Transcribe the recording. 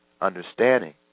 understanding